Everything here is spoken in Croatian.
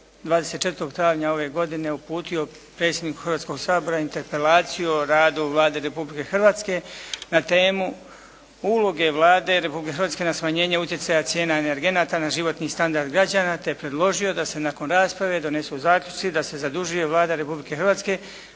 24, travnja ove godine uputio predsjedniku Hrvatskog sabora interpelaciju o radu Vlade Republike Hrvatske na temu uloge Vlade Republike Hrvatske na smanjenje utjecaja cijena energenata, na životni standard građana te je predložio da se nakon rasprave donesu zaključci da se zadužuje Vlada Republike Hrvatske